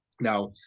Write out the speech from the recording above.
Now